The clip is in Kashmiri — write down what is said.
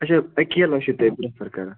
اَچھا اکیلا چھُو تۄہہِ پرٛٮ۪فَر کَران